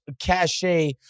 cachet